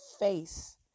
face